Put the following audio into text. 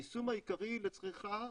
היישום העיקרי לצריכה,